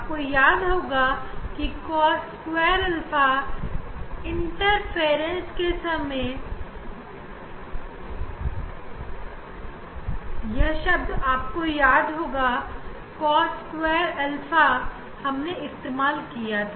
आपको याद होगा कि cos2 इंटरफ्रेंस के समय हमने इस्तेमाल किया था